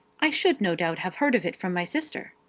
i should no doubt have heard of it from my sister.